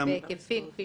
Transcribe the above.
בהיקפים כפי